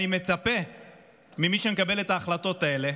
אני מצפה ממי שמקבל את ההחלטות האלה